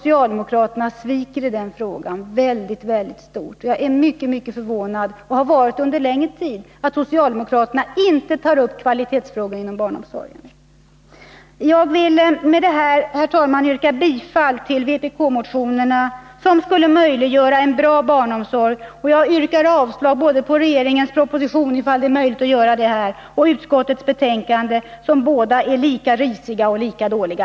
I den senare frågan sviker socialdemokraterna. Det har länge förvånat mig att socialdemokraterna inte tar upp kvalitetsfrågorna inom barnomsorgen. Jag ber med detta, herr talman, att få yrka bifall till vpk-motionerna. De skulle, om de antogs, möjliggöra en bra barnomsorg. Jag yrkar avslag både på regeringens proposition — om det nu är möjligt att göra det — och på utskottets betänkande. De är båda lika risiga och dåliga.